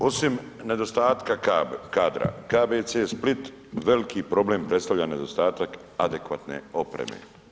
Osim nedostatka kadra KBC Split veliki problem predstavlja nedostatak adekvatne opreme.